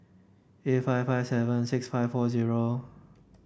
eight five five seven six five four zero